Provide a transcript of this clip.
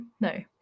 no